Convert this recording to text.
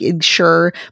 sure